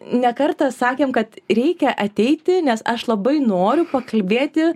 ne kartą sakėm kad reikia ateiti nes aš labai noriu pakalbėti